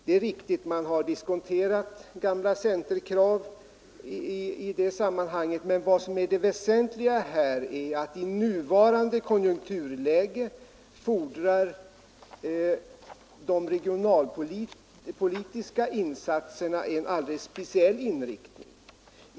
Det är riktigt, man har diskonterat gamla centerkrav i det sammanhanget. Men det väsentliga är att i nuvarande konjunkturläge fordrar de regionalpolitiska insatserna en alldeles speciell inriktning.